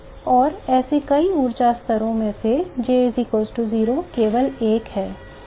तो ऐसे कई ऊर्जा स्तरों में से J 0 केवल 1 है